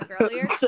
earlier